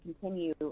continue